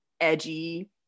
edgy